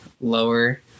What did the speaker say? lower